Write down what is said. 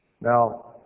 Now